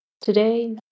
Today